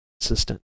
consistent